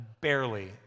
Barely